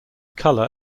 color